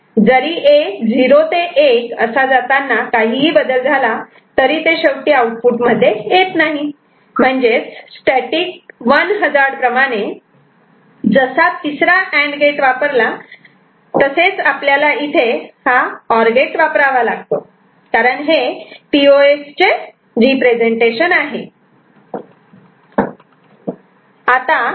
जरी A '0 ते 1' जाताना काही ही बदल झाला तरी ते शेवटी आउटपुटमध्ये येत नाही म्हणजेच स्टॅटिक 1 हजार्ड प्रमाणे जसा तिसरा अँड गेट वापरला तसेच इथे हे और गेट वापरावा लागतो हे पी ओ एस चे रिप्रेझेन्टेशन समान आहे